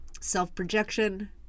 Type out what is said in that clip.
self-projection